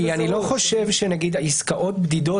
כי אני לא חושב שנגיד עסקאות בדידות,